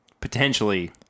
potentially